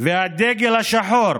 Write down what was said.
והדגל השחור,